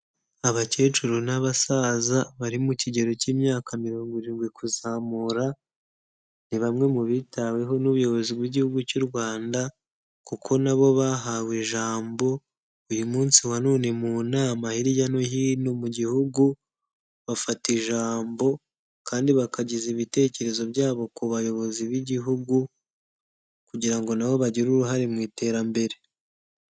Abakecuru n'abasaza bari mu kigero cy'imyaka mirongo irindwi kuzamura, ni bamwe mu bitaweho n'ubuyobozi bw'igihugu cy'u Rwanda kuko na bo bahawe ijambo, uyu munsi wa none mu nama hirya no hino mu gihugu, bafata ijambo kandi bakageza ibitekerezo byabo ku bayobozi b'igihugu kugira ngo na bo bagire uruhare mu iterambere.